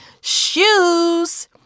shoes